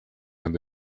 and